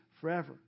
forever